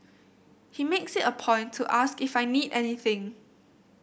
he makes it a point to ask if I need anything